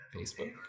Facebook